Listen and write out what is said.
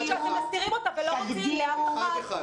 שאתם מסתירים ולא מוציאים לאף אחד.